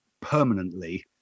permanently